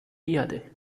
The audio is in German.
erde